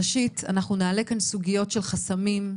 ראשית אנחנו נעלה כאן סוגיות של חסמים,